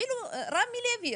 אפילו רמי לוי,